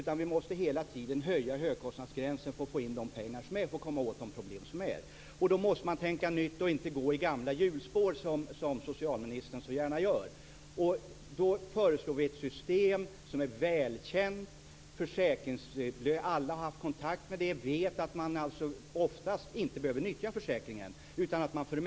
Hela tiden måste vi höja högkostnadsgränsen för att få in pengar och för att komma åt de problem som finns. Därför måste man tänka nytt i stället för att, som socialministern så gärna gör, gå i gamla hjulspår. Vi har föreslagit ett system som är välkänt. Alla har haft kontakt med det och vet att man oftast inte behöver nyttja försäkringen.